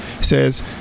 says